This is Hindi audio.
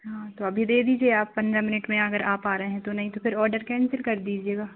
हाँ तो अभी दे दीजिए आप पन्द्रह मिनट में अगर आ पा रहे हैं तो नहीं तो फिर ऑडर कैंसिल कर दीजिएगा